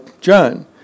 John